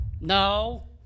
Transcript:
No